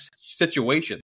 situation